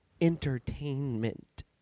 entertainment